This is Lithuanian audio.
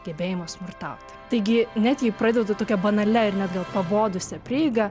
gebėjimas smurtauti taigi net jei pradedu tokia banalia ir netgi pabodusia prieiga